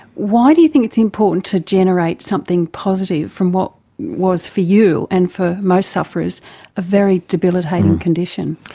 why do you think it's important to generate something positive from what was for you and for most sufferers a very debilitating condition?